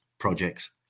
projects